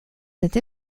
cette